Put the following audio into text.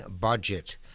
budget